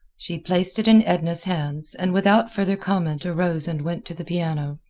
she placed it in edna's hands, and without further comment arose and went to the piano.